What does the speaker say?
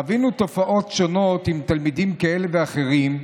חווינו תופעות שונות עם תלמידים כאלה ואחרים,